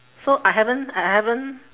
so I haven't I haven't